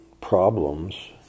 problems